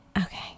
okay